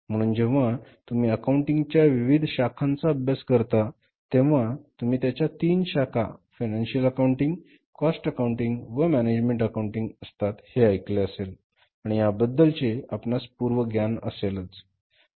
म्हणून जेंव्हा तुम्ही अकाउंटिंग च्या विविध शाखांचा अभ्यास करता तेंव्हा तुम्ही त्याच्या तीन शाखा फाईनान्शियल अकाउंटिंग कॉस्ट अकाउंटिंग व मॅनेजमेण्ट अकाऊण्टिंग असतात हे ऐकले असेल आणि याबद्दलचे आपणास पूर्व ज्ञान असेलच